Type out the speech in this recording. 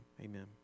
amen